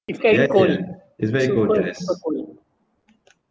ya ya it's very cold yes